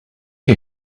you